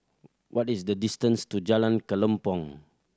what is the distance to Jalan Kelempong